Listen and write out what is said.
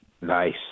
Nice